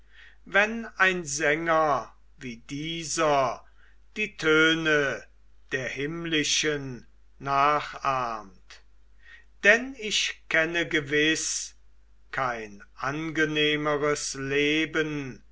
wenn ein sänger wie dieser die töne der himmlischen nachahmt denn ich kenne gewiß kein angenehmeres leben